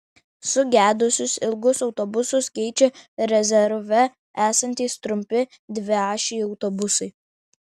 sugedusius ilgus autobusus keičia rezerve esantys trumpi dviašiai autobusai